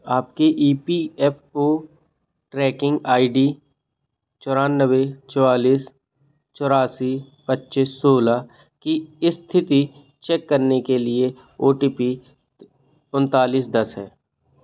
आपके E P F O tracking I D नौ चार चार चार आठ चार दो पाँच एक छः की स्थिति चेक करने के लिए ओ टी पी तीन नौ एक जीरो है